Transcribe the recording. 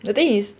the thing is